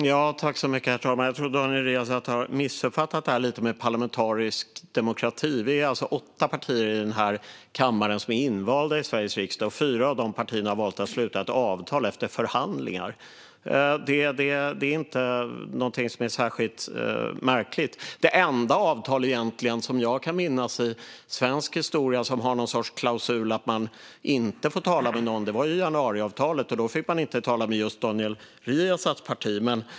Herr talman! Jag tror att Daniel Riazat har missuppfattat detta med parlamentarisk demokrati lite. Vi är alltså åtta partier i denna kammare som är invalda i Sveriges riksdag, och fyra av dessa partier har valt att sluta ett avtal efter förhandlingar. Det är inte någonting som är särskilt märkligt. Det enda avtal som jag kan minnas i svensk historia som har haft någon sorts klausul om att man inte får tala med någon var januariavtalet, och då fick man inte tala med just Daniel Riazats parti.